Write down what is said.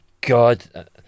god